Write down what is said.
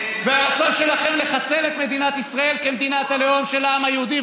והרצון שלכם לחסל את מדינת ישראל כמדינת הלאום של העם היהודי,